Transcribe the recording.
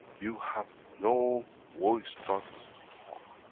you have no voice box to talk.